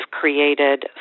created